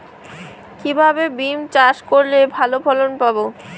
কিভাবে বিম চাষ করলে ভালো ফলন পাব?